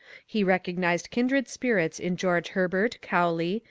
he recognized kindred spirits in george herbert, cowley,